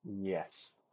Yes